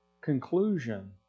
conclusion